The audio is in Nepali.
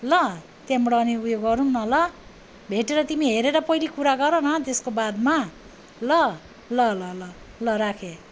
ल त्यहाँबाट अनि उयो गरौँ न ल भेटेर तिमी हेरेर पहिली कुरा गरन त्यसको बादमा ल ल ल ल ल राखेँ